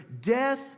death